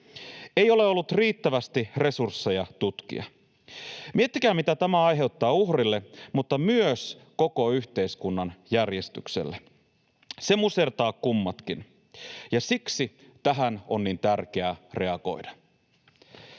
Ei ole ollut riittävästi resursseja tutkia. Miettikää, mitä tämä aiheuttaa uhrille mutta myös koko yhteiskunnan järjestykselle. Se musertaa kummatkin, ja siksi tähän on niin tärkeää reagoida.